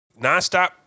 Nonstop